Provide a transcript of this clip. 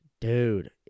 Dude